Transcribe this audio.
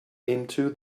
into